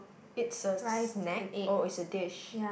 it's a snack or is a dish